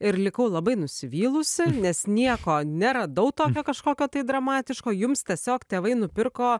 ir likau labai nusivylusi nes nieko neradau tokio kažkokio tai dramatiško jums tiesiog tėvai nupirko